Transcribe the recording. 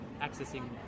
accessing